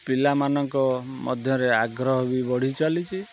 ପିଲାମାନଙ୍କ ମଧ୍ୟରେ ଆଗ୍ରହ ବି ବଢ଼ି ଚାଲିଛି